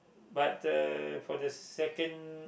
but uh for the second